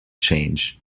change